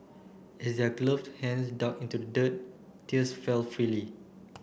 as their gloved hands dug into the dirt tears fell freely